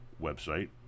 website